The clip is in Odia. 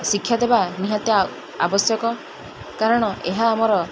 ଶିକ୍ଷା ଦେବା ନିହାତି ଆବଶ୍ୟକ କାରଣ ଏହା ଆମର